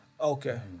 Okay